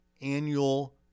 annual